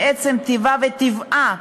מעצם טיבה וטבעה,